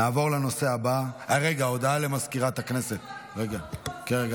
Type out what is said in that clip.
חבר הכנסת נימק את ההצעה בצורה